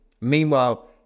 Meanwhile